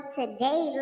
today